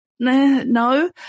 No